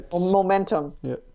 momentum